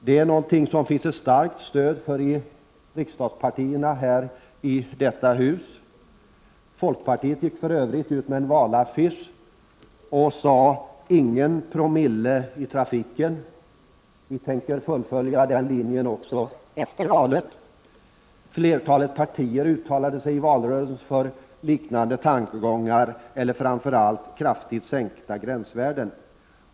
Det finns det starkt stöd för inom riksdagspartierna. Folkpartiet gick för övrigt ut med en valaffisch där man sade: Ingen promille i trafiken. Vi tänker följa den linjen också efter valet. Flertalet partier uttalade sig i valrörelsen för liknande tankegångar och framför allt för kraftigt sänkta gränsvärden.